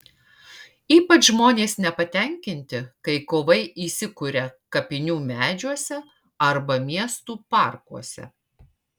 ypač žmonės nepatenkinti kai kovai įsikuria kapinių medžiuose arba miestų parkuose